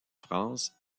france